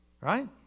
right